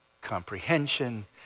comprehension